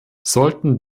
sollten